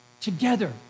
together